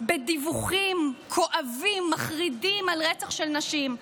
בדיווחים כואבים, מחרידים, על רצח של נשים,